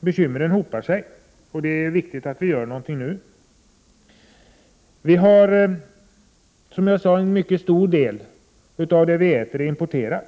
Bekymren hopar sig emellertid, och det är viktigt att vi gör någonting nu. Som jag redan sagt är en mycket stor del av våra livsmedel importerade.